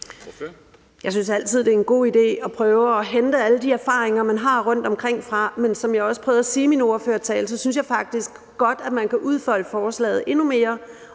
Jeg synes altid, det en god idé at prøve at indhente alle de erfaringer, man har rundtomkring. Men som jeg også prøvede at sige i min ordførertale, synes jeg faktisk godt, at man kan udfolde forslaget endnu mere